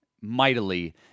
mightily